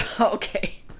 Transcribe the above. Okay